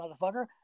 motherfucker